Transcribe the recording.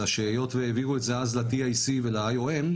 אלא שהיות והעבירו את זה אז ל-TIC ול-IOM,